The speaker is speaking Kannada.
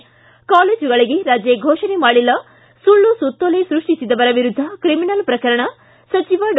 ಿ ಕಾಲೇಜುಗಳಿಗೆ ರಜೆ ಫೋಷಣೆ ಮಾಡಿಲ್ಲ ಸುಳ್ಳು ಸುತ್ತೋಲೆ ಸೃಷ್ಷಿಸಿದವರ ವಿರುದ್ದ ಕ್ರಿಮಿನಲ್ ಪ್ರಕರಣ ಸಚಿವ ಡಾ